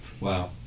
Wow